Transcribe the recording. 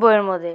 বইয়ের মধ্যে